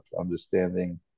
understanding